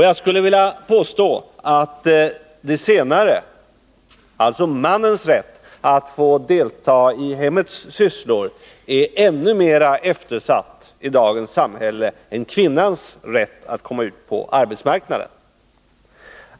Jag skulle vilja påstå att det senare, alltså mannens rätt att få delta i hemmets sysslor, är ännu mera eftersatt i dagens samhälle än kvinnans rätt att komma ut på arbetsmarknaden.